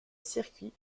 circuit